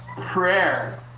prayer